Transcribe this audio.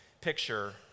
picture